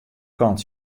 kant